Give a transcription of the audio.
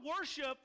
worship